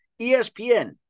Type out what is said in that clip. ESPN